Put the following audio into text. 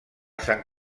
sant